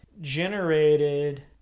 Generated